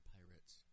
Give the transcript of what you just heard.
Pirates